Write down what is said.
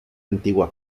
antigua